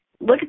Look